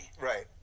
Right